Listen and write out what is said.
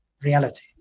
reality